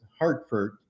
Hartford